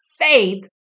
faith